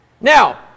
Now